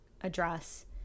address